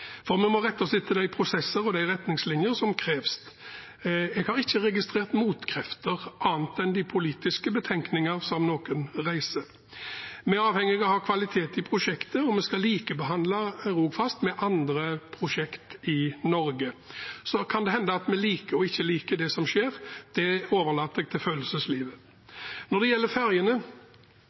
for vi må rette oss etter de prosesser og de retningslinjer som kreves. Jeg har ikke registrert motkrefter annet enn de politiske betenkningene som noen reiser. Vi er avhengig av å ha kvalitet i prosjektet, og vi skal likebehandle Rogfast med andre prosjekter i Norge. Så kan det hende at vi liker og ikke liker det som skjer – det overlater jeg til følelseslivet. Når det gjelder ferjene,